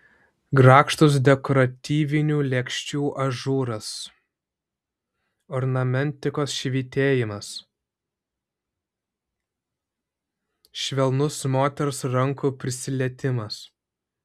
grakštus dekoratyvinių lėkščių ažūras ornamentikos švytėjimas švelnus moters rankų prisilietimas